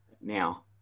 now